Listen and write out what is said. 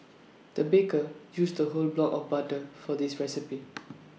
the baker used A whole block of butter for this recipe